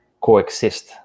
coexist